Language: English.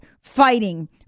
fighting